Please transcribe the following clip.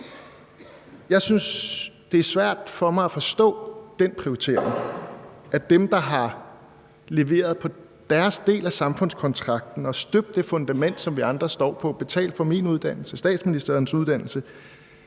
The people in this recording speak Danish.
om året. Det er svært for mig at forstå den prioritering, altså at man ikke prioriterer dem, der har leveret på deres del af samfundskontrakten, støbt det fundament, som vi andre står på, og betalt for min uddannelse og statsministerens uddannelse,